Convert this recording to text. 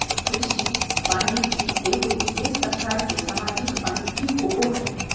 कृषि वानिकी एगो विशेष प्रकार के सामाजिक वानिकी होबो हइ